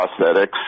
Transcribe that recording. prosthetics